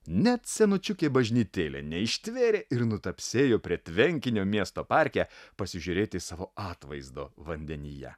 net senučiukė bažnytėlė neištvėrė ir nutapsėjo prie tvenkinio miesto parke pasižiūrėti savo atvaizdo vandenyje